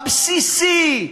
הבסיסי,